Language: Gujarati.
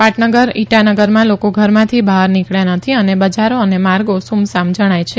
પાટનગર ઇટાનગરમાં લોકો ઘરમાંથી બહાર નીકળ્યા નથીં અને બજારો અને માર્ગો સુમસામ જણાય છે